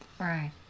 Right